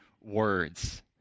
words